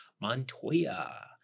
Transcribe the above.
Montoya